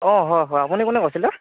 অঁ হয় হয় আপুনি কোনে কৈছিলে